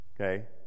Okay